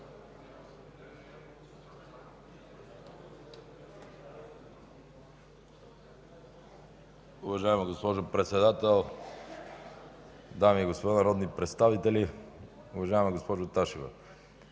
Уважаема госпожо Председател, дами и господа народни представители! Уважаема госпожо Ташева,